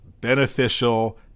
beneficial